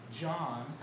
John